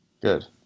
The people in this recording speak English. Good